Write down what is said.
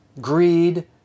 greed